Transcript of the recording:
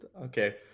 Okay